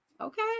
Okay